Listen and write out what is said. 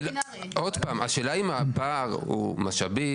עוד פעם, השאלה היא אם הפער הוא משאבי.